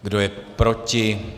Kdo je proti?